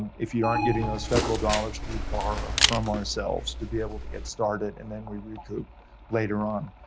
if you aren't getting those federal dollars, we borrow from ourselves to be able to get started, and then we recoup later on.